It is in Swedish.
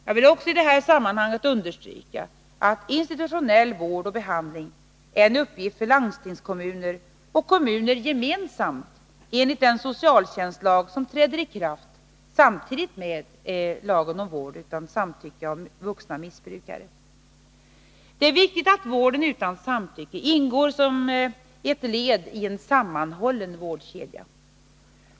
Jag vill också i detta sammanhang understryka att institutionell vård och behandling är en uppgift för landstingskommuner och kommuner gemensamt enligt den socialtjänstlag som träder i kraft samtidigt med LVM. Det är viktigt att vården utan samtycke ingår som ett led i en sammanhållen vårdkedja.